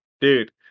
Dude